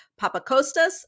Papakostas